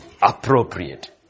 appropriate